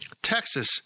Texas